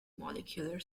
molecular